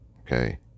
Okay